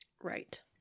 Right